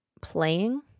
playing